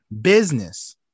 business